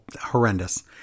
horrendous